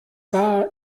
war